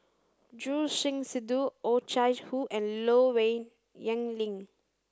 Choor Singh Sidhu Oh Chai Hoo and Low Yen Ling